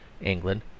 england